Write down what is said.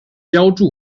标注